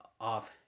off